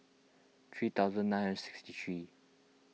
three thousand nine hundred sixty three